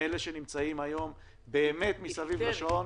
מאלה שבאמת עובדים היום סביב השעון.